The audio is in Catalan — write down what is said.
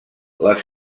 les